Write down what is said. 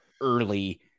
early